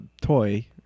toy